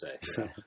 say